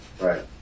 Right